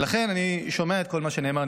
ולכן אני שומע את כל מה שנאמר,